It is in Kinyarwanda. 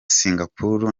singapore